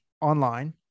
online